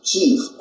Chief